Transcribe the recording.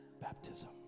baptism